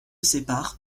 sépare